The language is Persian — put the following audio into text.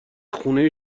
خونه